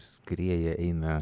skrieja eina